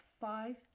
five